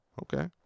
okay